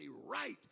right